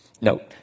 Note